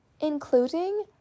Including